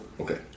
Okay